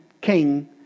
king